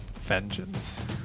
vengeance